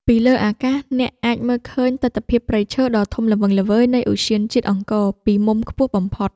ពីលើអាកាស អ្នកអាចមើលឃើញទិដ្ឋភាពព្រៃឈើដ៏ធំល្វឹងល្វើយនៃឧទ្យានជាតិអង្គរពីមុំខ្ពស់បំផុត។